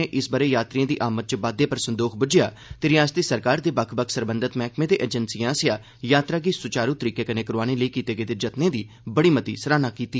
governor इस ब'रे यात्रिएं दी आमद च बाद्दे पर संदोख बुज्झेआ ते रिआसती सरकार दे बक्ख बक्ख सरबंधत मैहकर्मे ते एजेंसिएं आसेआ यात्रा गी सुचारू तरीके कन्नै करोआने लेई कीते गेदे जतनें दी बड़ी मती सराहना कीती